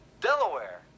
Delaware